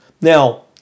Now